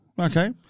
Okay